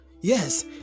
Yes